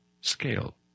scale